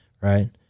right